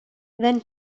then